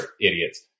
idiots